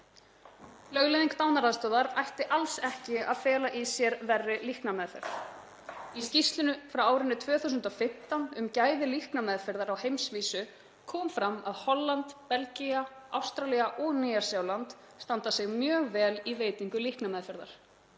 Lögleiðing dánaraðstoðar ætti alls ekki að fela í sér verri líknarmeðferð. Í skýrslu frá árinu 2015 um gæði líknarmeðferðar á heimsvísu kom fram að Holland, Belgía, Ástralía og Nýja-Sjáland standa sig mjög vel í veitingu líknarmeðferðar.